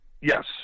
Yes